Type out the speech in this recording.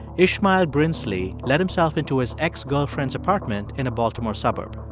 ishmael brinsley let himself into his ex-girlfriend's apartment in a baltimore suburb.